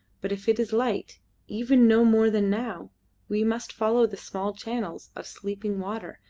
but if it is light even no more than now we must follow the small channels of sleeping water,